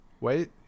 wait